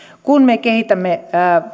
kun me kehitämme